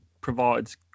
provides